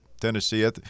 Tennessee